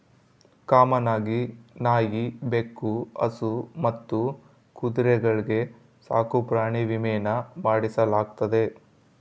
common ಆಗಿ ನಾಯಿ, ಬೆಕ್ಕು, ಹಸು ಮತ್ತು ಕುದುರೆಗಳ್ಗೆ ಸಾಕುಪ್ರಾಣಿ ವಿಮೇನ ಮಾಡಿಸಲಾಗ್ತತೆ